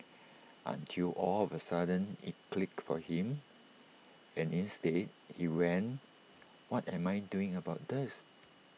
until all of A sudden IT clicked for him and instead he went what am I doing about this